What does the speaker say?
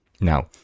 Now